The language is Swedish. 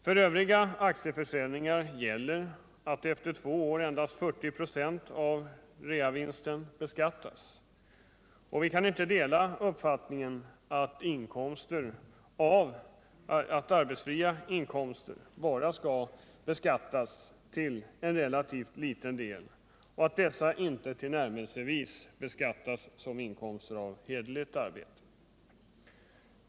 För övriga aktieförsäljningar gäller att efter två år endast 40 ?å av reavinsten beskattas. Vi kan inte dela uppfattningen att arbetsfria inkomster skall beskattas bara till en relativt liten del och inte tillnärmelsevis beskattas som inkomster av hederligt arbete.